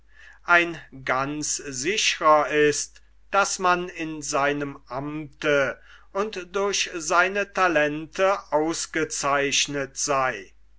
ein ganz sicherer ist daß man in seinem amte und durch seine talente ausgezeichnet sei